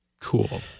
Cool